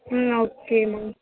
ம் ஓகேம்மா